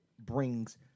brings